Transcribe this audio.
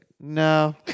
no